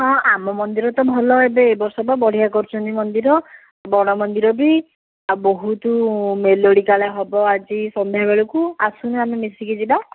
ହଁ ଆମ ମନ୍ଦିର ତ ଭଲ ଏବେ ଏ ବର୍ଷ ତ ବଢ଼ିଆ କରିଛନ୍ତି ମନ୍ଦିର ବଡ଼ ମନ୍ଦିର ବି ଆଉ ବହୁତ ମେଲୋଡ଼ି କାଳେ ହେବ ଆଜି ସନ୍ଧ୍ୟା ବେଳକୁ ଆସୁନୁ ଆମେ ମିଶିକି ଯିବା